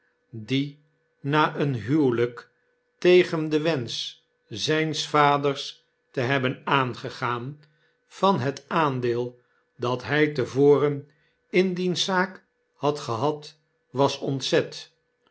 die na een huwelyk tegen den wensch zyns vaders te hebben aangegaan van het aandeel dat hij te voren in diens zaak had gehad was ontzet